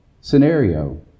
scenario